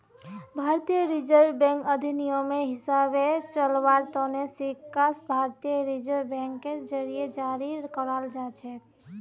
भारतीय reserve bank अधिनियमेर हिसाबे चलव्वार तने सिक्का भारतीय रिजर्व बैंकेर जरीए जारी कराल जाछेक